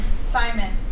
Simon